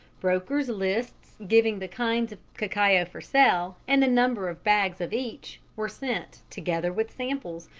brokers' lists giving the kinds of cacao for sale, and the number of bags of each, were sent, together with samples,